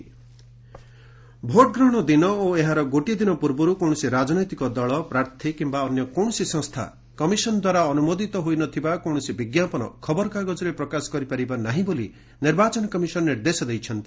EC ads ଭୋଟ୍ ଗ୍ରହଣ ଦିନ ଓ ଏହାର ଗୋଟିଏ ଦିନ ପୂର୍ବରୁ କୌଣସି ରାଜନୈତିକ ଦଳ ପ୍ରାର୍ଥୀ କିମ୍ବା ଅନ୍ୟ କୌଣସି ସଂସ୍ଥା କମିଶନ ଦ୍ୱାରା ଅନୁମୋଦିତ ହୋଇନଥିବା କୌଣସି ବିଜ୍ଞାପନ ଖବରକାଗଜରେ ପ୍ରକାଶ କରିପାରିବେ ନାହିଁ ବୋଲି ନିର୍ବାଚନ କମିଶନ ନିର୍ଦ୍ଦେଶ ଦେଇଛି